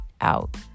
out